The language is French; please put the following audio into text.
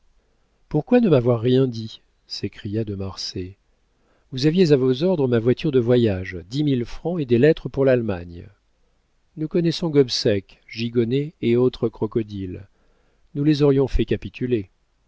pourquoi ne m'avoir rien dit s'écria de marsay vous aviez à vos ordres ma voiture de voyage dix mille francs et des lettres pour l'allemagne nous connaissons gobseck gigonnet et autres crocodiles nous les aurions fait capituler